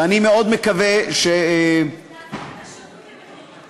ואני מאוד מקווה, נכון.